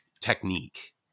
technique